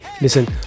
listen